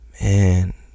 man